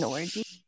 Orgy